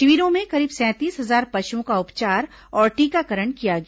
शिविरों में करीब सैंतीस हजार पशुओं का उपचार और टीकाकरण किया गया